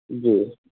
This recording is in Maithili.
जी